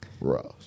Ross